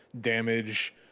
damage